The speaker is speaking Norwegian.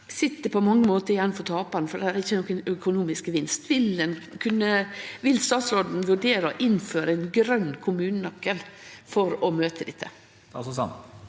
sit på mange måtar igjen som taparen fordi det ikkje gjev nokon økonomisk gevinst. Vil statsråden vurdere å innføre ein grøn kommunenøkkel for å møte dette?